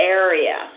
area